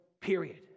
period